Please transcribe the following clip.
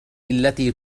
التي